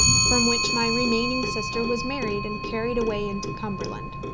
from which my remaining sister was married and carried away into cumberland.